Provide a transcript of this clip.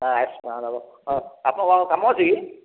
ହଁ ହଁ ଆପଣଙ୍କର କ'ଣ କାମ ଅଛି କି